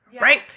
right